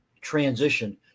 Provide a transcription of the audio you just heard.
transition